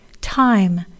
Time